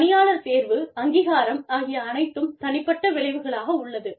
பணியாளர் தேர்வு அங்கீகாரம் ஆகிய அனைத்தும் தனிப்பட்ட விளைவுகளாக உள்ளது